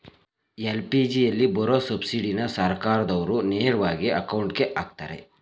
ಎಲ್.ಪಿ.ಜಿಯಲ್ಲಿ ಬರೋ ಸಬ್ಸಿಡಿನ ಸರ್ಕಾರ್ದಾವ್ರು ನೇರವಾಗಿ ಅಕೌಂಟ್ಗೆ ಅಕ್ತರೆ